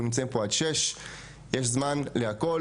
אנחנו נמצאים פה עד 18:00. יש זמן לכל.